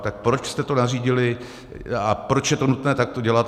Tak proč jste to nařídili a proč je to nutné takto dělat?